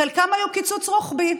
חלקם היו קיצוץ רוחבי,